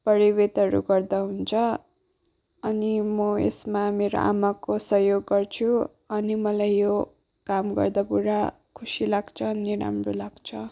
परिवर्तितहरू गर्दा हुन्छ अनि म यसमा मेरो आमाको सहयोग गर्छु अनि मलाई यो काम गर्दा पुरा खुसी लाग्छ अनि राम्रो लाग्छ